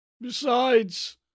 Besides